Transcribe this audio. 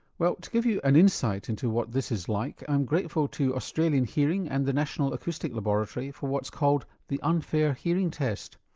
well, to give you an insight into what this is like i'm grateful to australian hearing and the national acoustic laboratory for what's called the unfair hearing test.